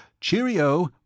Cheerio